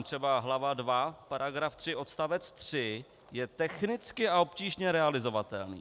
Třeba hlava 2 § 3 odst. 3 je technicky a obtížně realizovatelný.